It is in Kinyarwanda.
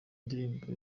indirimbo